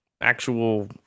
Actual